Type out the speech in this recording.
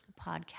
podcast